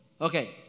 Okay